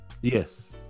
Yes